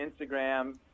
Instagram